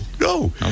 no